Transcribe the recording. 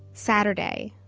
saturday,